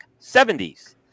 70s